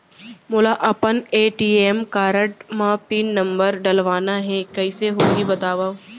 मोला अपन ATM card म पिन नंबर डलवाना हे कइसे होही बतावव?